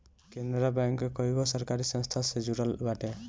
Canara bank कईगो सरकारी संस्था से जुड़ल बाटे